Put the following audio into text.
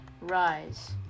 rise